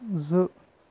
زٕ